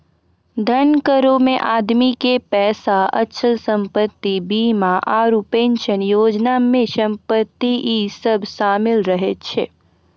धन करो मे आदमी के पैसा, अचल संपत्ति, बीमा आरु पेंशन योजना मे संपत्ति इ सभ शामिल रहै छै